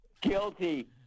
Guilty